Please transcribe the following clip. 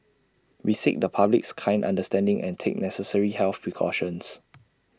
we seek the public's kind understanding and take necessary health precautions